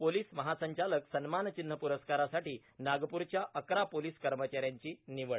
police महासंचालक सन्मान चिव्ह पुरस्कारासाठी नागपूरच्या अकरा पोलीस कर्मचाऱ्यांची निवड